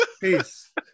Peace